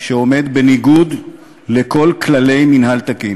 שעומד בניגוד לכל כללי מינהל תקין.